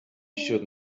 should